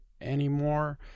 anymore